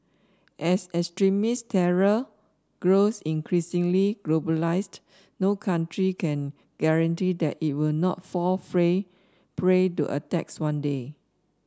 as extremist terror grows increasingly globalised no country can guarantee that it will not fall prey to attacks one day